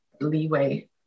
leeway